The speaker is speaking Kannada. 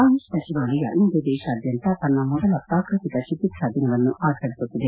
ಆಯುಷ್ ಸಚಿವಾಲಯ ಇಂದು ದೇಶಾದ್ಯಂತ ತನ್ನ ಮೊದಲ ಪ್ರಾಕೃತಿಕ ಚಿಕಿತ್ಸಾ ದಿನವನ್ನು ಆಚರಿಸುತ್ತಿದೆ